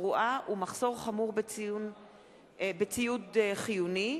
תברואה ומחסור חמור בציוד חיוני.